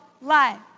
life